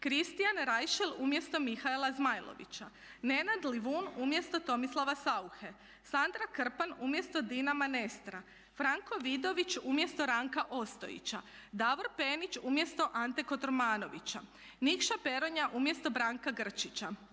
Kristijan Rajšel umjesto Mihaela Zmajlovića, Nenad Livun umjesto Tomislava Sauche, Sandra Krpan umjesto Dina Manestra, Franko Vidović umjesto Ranka Ostojića, Davor Penić umjesto Ante Kotromanovića, Nikša Peronja umjesto Branka Grčića,